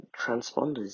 transponders